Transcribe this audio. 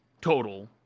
total